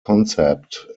concept